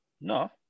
No